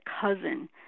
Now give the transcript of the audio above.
cousin